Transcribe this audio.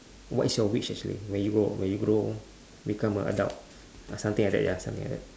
what is your wish actually when you grow when you grow become an adult ya something like that ya something like that